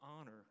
honor